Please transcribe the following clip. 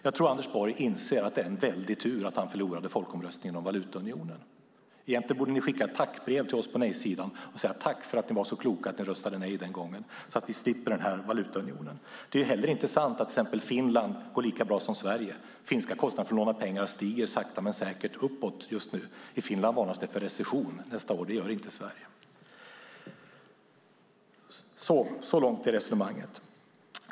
Jag tror att Anders Borg inser att det var en väldig tur att han förlorade folkomröstningen om valutaunionen. Egentligen borde ni skicka ett tackbrev till oss på nejsidan och säga: Tack för att ni var så kloka och röstade nej så att vi slipper valutaunionen. Det är inte sant att Finland går lika bra som Sverige. De finska kostnaderna för att låna pengar stiger sakta men säkert just nu. I Finland varnar man för recession nästa år; det gör man inte i Sverige.